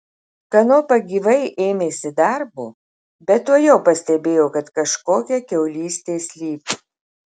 kanopa gyvai ėmėsi darbo bet tuojau pastebėjo kad kažkokia kiaulystė slypi